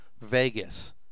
Vegas